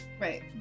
Right